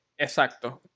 Exacto